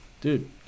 dude